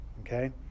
Okay